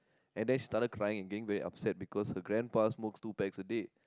and then she started crying and getting very upset because her grandpa smokes two packs a day